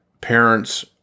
parents